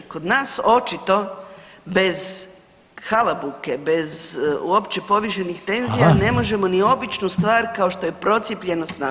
Kod nas očito bez halabuke, bez uopće povišenih tenzija [[Upadica Reiner: Hvala.]] ne možemo ni običnu stvar kao što je procijepljenost napraviti.